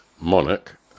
Monarch